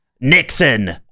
Nixon